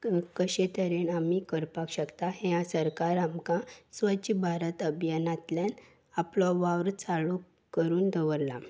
कशे तरेन आमी करपाक शकता हें सरकार आमकां स्वच्छ भारत अभियानांतल्यान आपलो वावर चालू करून दवरलां